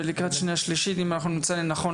ולקראת שנייה-שלישית אם אנחנו נמצא לנכון,